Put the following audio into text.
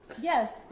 Yes